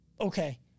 Okay